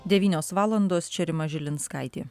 devynios valandos čia rima žilinskaitė